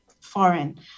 foreign